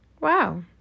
Wow